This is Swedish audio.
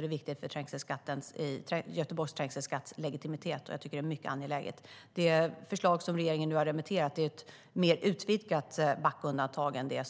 Det är viktigt för Göteborgs trängselskatts legitimitet, och jag tycker att det är mycket angeläget. Det förslag som regeringen nu har remitterat är ett mer utvidgat förslag än det